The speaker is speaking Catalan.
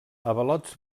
avalots